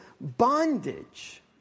bondage